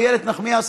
איילת נחמיאס,